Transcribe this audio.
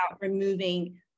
removing